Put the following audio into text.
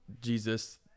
Jesus